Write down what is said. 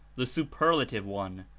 the superlative one,